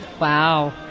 Wow